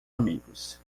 amigos